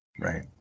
Right